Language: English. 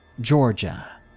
Georgia